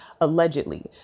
allegedly